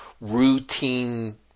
routine